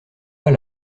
pas